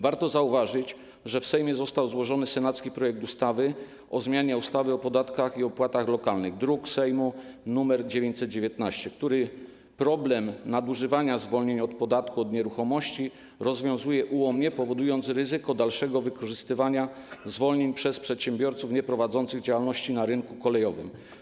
Warto zauważyć, że w Sejmie został złożony senacki projekt ustawy o zmianie ustawy o podatkach i opłatach lokalnych, druk sejmowy nr 919, który problem nadużywania zwolnień od podatku od nieruchomości rozwiązuje ułomnie, powodując ryzyko dalszego wykorzystywania zwolnień przez przedsiębiorców nieprowadzących działalności na rynku kolejowym.